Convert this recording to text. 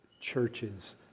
churches